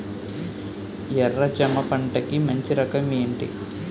ఎర్ర జమ పంట కి మంచి రకం ఏంటి?